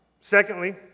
Secondly